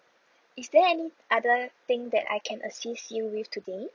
is there any other thing that I can assist you with today